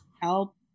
Help